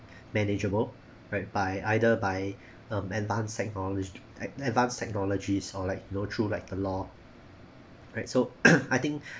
manageable right by either by um advance techno~ ad~ advanced technologies or like you know through like the law right so I think